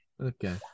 Okay